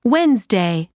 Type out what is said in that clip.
Wednesday